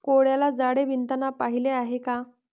कोळ्याला जाळे विणताना पाहिले आहे का?